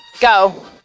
go